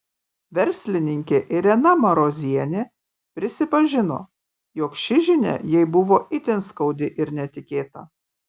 verslininkė irena marozienė prisipažino jog ši žinia jai buvo itin skaudi ir netikėta